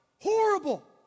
horrible